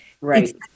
Right